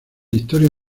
historia